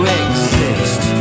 exist